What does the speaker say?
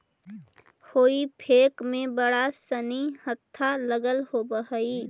हेई फोक में बड़ा सानि हत्था लगल होवऽ हई